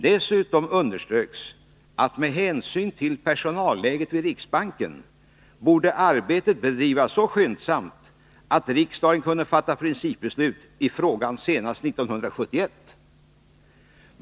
Dessutom underströks att med hänsyn till personalläget vid riksbanken borde arbetet bedrivas så skyndsamt att riksbanken kunde fatta principbeslut i frågan senast 1971.